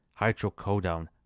hydrocodone